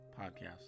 podcast